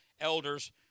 elders